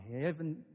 heaven